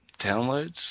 downloads